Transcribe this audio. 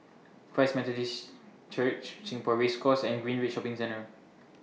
Christ Methodist Church Singapore Race Course and Greenridge Shopping Centre